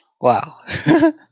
wow